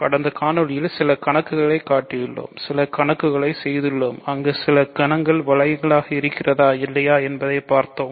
கடந்த காணொளியில் சில கணக்குகளைக் காட்டியுள்ளோம் சில கணக்குகளைச் செய்துள்ளோம் அங்கு சில கணங்கள் வளையங்களாக இருக்கிறதா இல்லையா என்பதை பார்த்தோம்